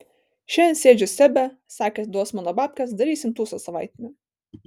šiandien sėdžiu sebe sakė atiduos mano babkes darysim tūsą savaitinį